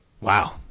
Wow